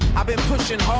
i've been pushing